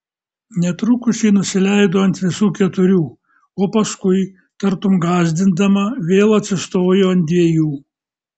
netrukus ji nusileido ant visų keturių o paskui tartum gąsdindama vėl atsistojo ant dviejų